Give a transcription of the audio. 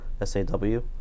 S-A-W